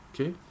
okay